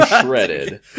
shredded